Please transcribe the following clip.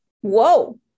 Whoa